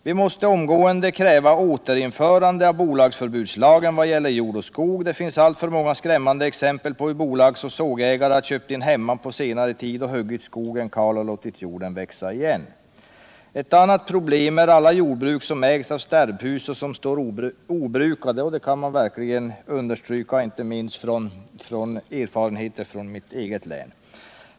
Vi måste omgående kräva återinförande av bolagsförbudslagen vad gäller jord och skog. Det finns alltför många skrämmande exempel på hur bolagsoch sågägare har köpt in hemman på senare tid och huggit skogen kal och låtit jorden växa igen. Ett annat problem är alla jordbruk som ägs av sterbhus och som står obrukade.” Det kan man verkligen understryka inte minst genom erfarenheter från mitt eget län.